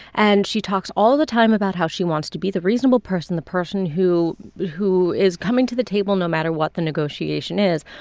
and she talks all the time about how she wants to be the reasonable person, the person who who is coming to the table no matter what the negotiation is.